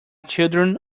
children